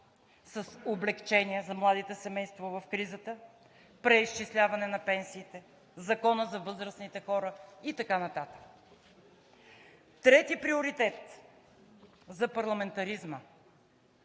с облекчение за младите семейства в кризата, преизчисляване на пенсиите, Законът за възрастните хора и така нататък. Трети приоритет – за парламентаризма.